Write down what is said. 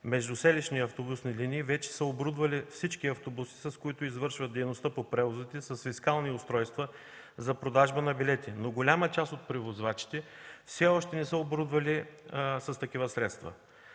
междуселищни автобусни линии, вече са оборудвали всички автобуси, с които извършват дейността по превозите, с фискални устройства за продажба на билети. Но голяма част от превозвачите все още не са оборудвани с такива средства.